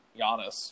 Giannis